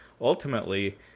ultimately